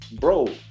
bro